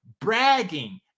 bragging